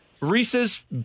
Reese's